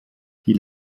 die